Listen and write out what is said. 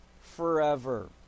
forever